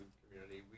community